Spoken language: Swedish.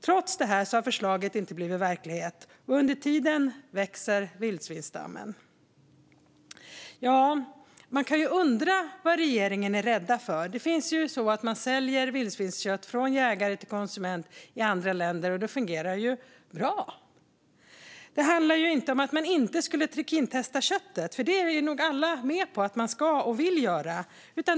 Trots detta har förslaget inte blivit verklighet, och under tiden växer vildsvinsstammen. Man kan undra vad regeringen är rädd för. I andra länder säljs vildsvinskött från jägare till konsument, och det fungerar bra. Det handlar inte om att man inte skulle trikintesta köttet - det är nog alla med på att man ska och vill göra.